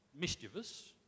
mischievous